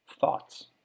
Thoughts